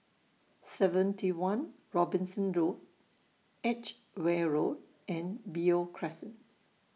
seventy one Robinson Road Edgware Road and Beo Crescent